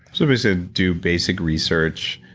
simply said do basic research,